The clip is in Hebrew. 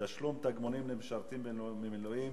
(תשלום תגמולים למשרתים במילואים